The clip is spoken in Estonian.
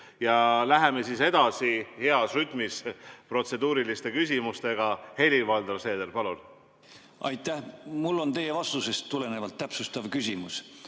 Läheme edasi heas rütmis protseduuriliste küsimustega. Helir-Valdor Seeder, palun! Aitäh! Mul on teie vastusest tulenevalt täpsustav küsimus.